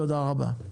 תודה רבה.